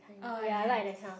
ah yes